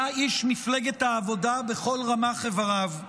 היה איש מפלגת העבודה בכל רמ"ח איבריו.